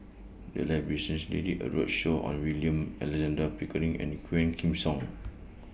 The Library recently did A roadshow on William Alexander Pickering and Quah Kim Song